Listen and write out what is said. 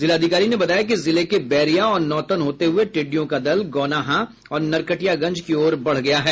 जिलाधिकारी ने बताया कि जिले के बेरिया और नौतन होते हुये टिड्डियों का दल गौनाहा और नरकटियागंज की ओर बढ़ गया है